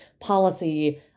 policy